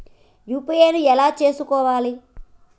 UPI ను ఎలా చేస్కోవాలి?